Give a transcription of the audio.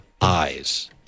eyes